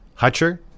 Hutcher